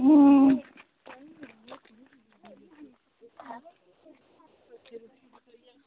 अं